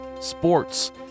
sports